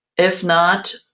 if not,